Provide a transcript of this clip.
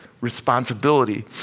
responsibility